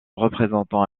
représentant